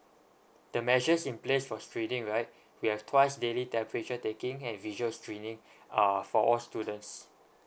the measures in place for screeing right we have twice daily temperature taking and visuals screening uh for all students